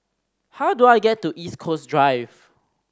how do I get to East Coast Drive